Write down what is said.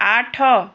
ଆଠ